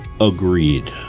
Agreed